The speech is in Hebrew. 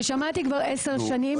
ששמעתי כבר עשר שנים.